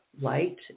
light